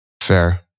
Fair